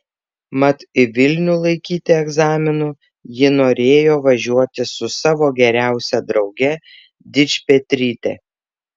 mat į vilnių laikyti egzaminų ji norėjo važiuoti su savo geriausia drauge dičpetryte